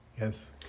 yes